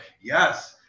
yes